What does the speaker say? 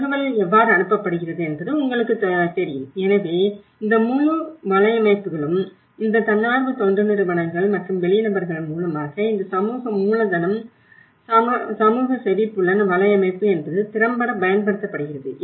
தகவல் எவ்வாறு அனுப்பப்படுகிறது என்பது உங்களுக்குத் தெரியும் எனவே இந்த முழு வலையமைப்புகளும் இந்த தன்னார்வ தொண்டு நிறுவனங்கள் மற்றும் வெளி நபர்கள் மூலம் இந்த சமூக மூலதனம் சமூக செவிப்புலன் வலையமைப்பு என்பது திறம்பட பயன்படுத்தப்படுகிறது